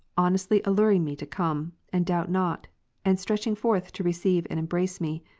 honestly alluring me to come, and doubt not and stretching forth to receive and embrace me,